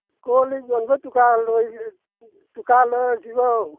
call ꯂꯤꯛ ꯌꯣꯟꯕ ꯗꯨꯀꯥꯟ ꯗꯨꯀꯥꯟꯂꯣ ꯁꯤꯕꯣ